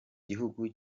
gihugu